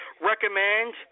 recommend